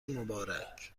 مبارک